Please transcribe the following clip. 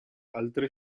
altre